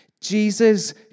Jesus